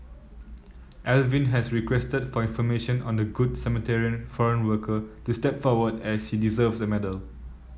Alvin has requested for information on the Good Samaritan foreign worker to step forward as she deserves a medal